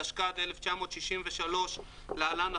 התשכ"ד-1963 (להלן,